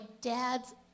dad's